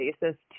basis